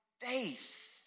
faith